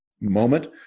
moment